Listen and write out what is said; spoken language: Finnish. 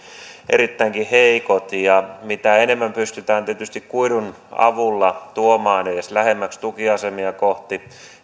erittäinkin heikot mitä enemmän pystytään kuidun avulla tuomaan niitä verkkoyhteyksiä edes lähemmäksi tukiasemia kohti